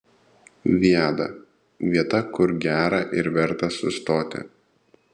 viada vieta kur gera ir verta sustoti